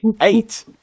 Eight